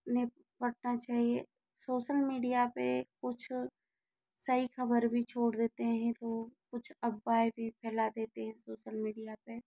निपटना चाहिए social media पे कुछ सही ख़बर भी छोड़ देते हैं तो कुछ अफ़वाहें भी फैला देते हैं सोसल मीडिया पे